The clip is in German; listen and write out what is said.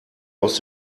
aus